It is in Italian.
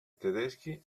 tedeschi